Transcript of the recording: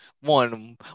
One